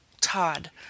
Todd